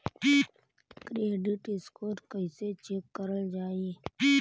Credit score कइसे check करल जायी?